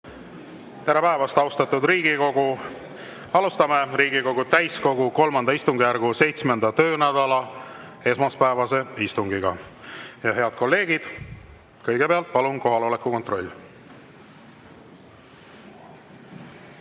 Tere päevast, austatud Riigikogu! Alustame Riigikogu täiskogu III istungjärgu 7. töönädala esmaspäevast istungit. Head kolleegid, kõigepealt palun kohaloleku kontroll.